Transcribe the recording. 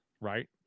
right